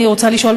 אני רוצה לשאול,